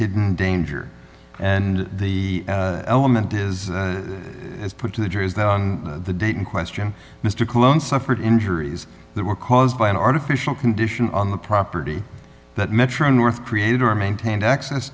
hidden danger and the element is put to the jury is that the date in question mr cologne suffered injuries that were caused by an artificial condition on the property that metro north created or maintained access